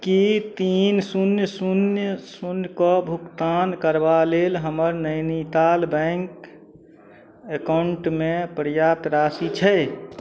कि तीन शून्य शून्य शून्यके भुगतान करबा लेल हमर नैनीताल बैँक एकाउण्टमे पर्याप्त राशि छै